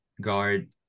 guard